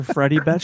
Freddie